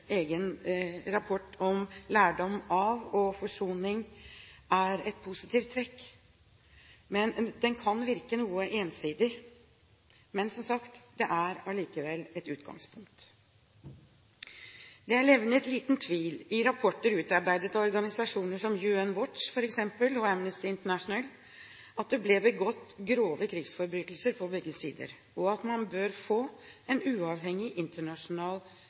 egen rapport om lærdom. Forsoningsrapporten er et positivt trekk, men den kan virke noe ensidig. Det er allikevel et utgangspunkt. Det er levnet liten tvil i rapporter utarbeidet av organisasjoner som f.eks. UN Watch og Amnesty International at det ble begått grove krigsforbrytelser på begge sider, og at man bør få en uavhengig internasjonal